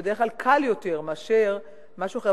וזה בדרך כלל קל יותר מאשר משהו אחר.